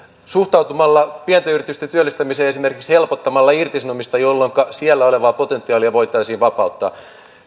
suhtautumalla pienten yritysten työllistämiseen esimerkiksi siten että helpotetaan irtisanomista jolloinka siellä olevaa potentiaalia voitaisiin vapauttaa